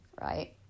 right